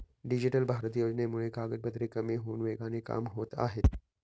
digital Bharat योजनेमुळे कागदपत्रे कमी होऊन वेगाने कामे होत आहेत